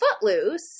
Footloose